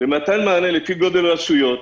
במתן מענה לפי גודל הרשויות.